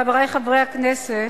חברי חברי הכנסת,